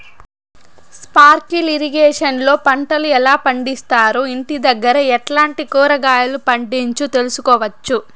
Sprinkle irrigation లో పంటలు ఎలా పండిస్తారు, ఇంటి దగ్గరే ఎట్లాంటి కూరగాయలు పండించు తెలుసుకోవచ్చు?